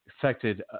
affected